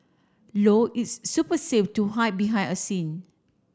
low its super safe to hide behind a scene